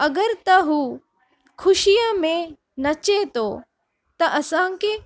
अगरि त हू ख़ुशीअ में नचे थो त असांखे